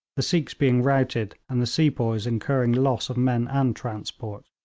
the sikhs being routed, and the sepoys incurring loss of men and transport.